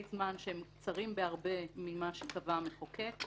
זמן שהם קצרים בהרבה ממה שקבע המחוקק.